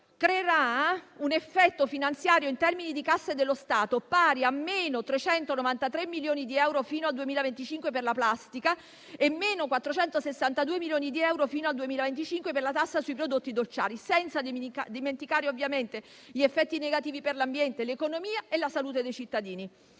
creerà un effetto finanziario, in termini di casse dello Stato, pari a meno 393 milioni di euro fino al 2025 per la plastica e meno 462 milioni di euro fino al 2025 per la tassa sui prodotti dolciari, senza dimenticare ovviamente gli effetti negativi per l'ambiente, l'economia e la salute dei cittadini.